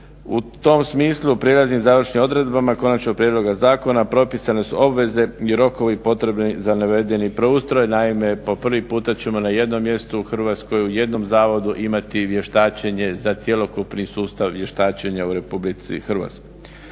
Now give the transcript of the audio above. U tom smislu prijelaznim i završnim odredbama Konačnog prijedloga zakona, pripisane su obveze i rokovi potrebni za navedeni preustroj, naime po prvi puta ćemo na jednom mjestu u Hrvatskoj, u jednom zavodu imati vještačenje za cjelokupni sustav vještačenja u RH. Osim toga